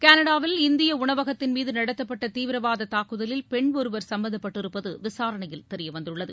கனடாவில் இந்திய உணவகத்தின் மீது நடத்தப்பட்ட தீவிரவாத தாக்குதலில் பெண் ஒருவர் சம்பந்தப்பட்டிருப்பது விசாரணையில் தெரியவந்துள்ளது